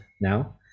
now